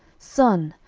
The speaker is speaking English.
sun,